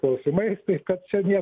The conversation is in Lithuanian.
klausimais tai kad čia nie